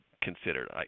considered